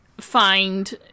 find